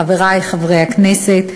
חברי חברי הכנסת,